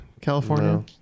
California